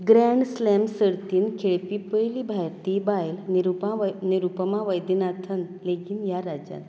grand slam सर्तींत खेळपी पयली भारतीय बायल निरुपा निरुपमा वैद्यनाथन लेगीन ह्या राज्यांतली